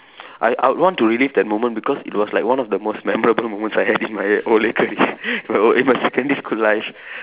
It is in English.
I I want to relive to that moment because it was like one of the most memorable moments I had in my my o~ eh my secondary school life